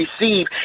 receive